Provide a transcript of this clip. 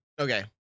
okay